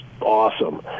awesome